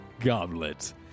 goblet